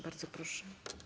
Bardzo proszę.